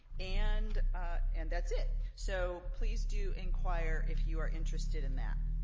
and and that's it! so please do inquire if you are interested in that.